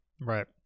Right